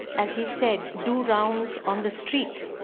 as he said, do rounds on the street.